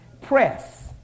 Press